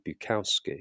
Bukowski